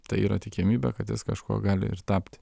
tai yra tikimybė kad jis kažkuo gali ir tapti